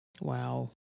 Wow